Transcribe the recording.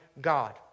God